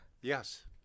Yes